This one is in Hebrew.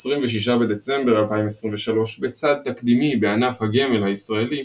ב-26 בדצמבר 2023, בצעד תקדימי בענף הגמל הישראלי,